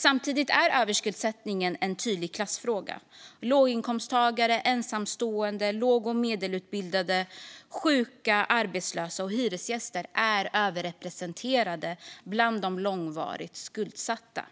Samtidigt är överskuldsättningen en tydlig klassfråga. Låginkomsttagare, ensamstående, låg och medelutbildade, sjuka, arbetslösa och hyresgäster är överrepresenterade bland de långvarigt skuldsatta.